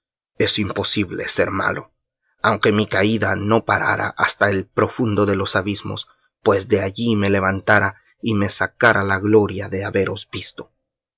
quijotees imposible ser malo aunque mi caída no parara hasta el profundo de los abismos pues de allí me levantara y me sacara la gloria de haberos